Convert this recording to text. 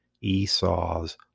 Esau's